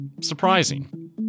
surprising